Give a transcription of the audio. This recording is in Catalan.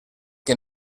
que